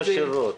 השירות,